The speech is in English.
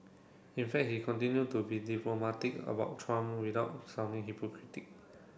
in fact he continue to be diplomatic about Trump without sounding hypocritic